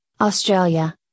Australia